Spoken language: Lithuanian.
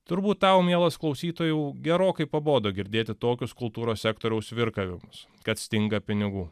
turbūt tau mielas klausytojau gerokai pabodo girdėti tokius kultūros sektoriaus virkavimus kad stinga pinigų